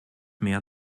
mehr